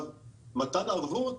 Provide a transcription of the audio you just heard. מתן ערבות,